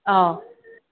ꯑꯥꯎ